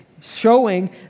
showing